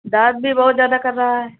درد بھی بہت زیادہ کر رہا ہے